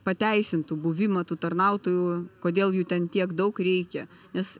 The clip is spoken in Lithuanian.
pateisintų buvimą tų tarnautojų kodėl jų ten tiek daug reikia nes